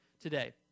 today